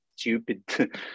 stupid